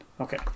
okay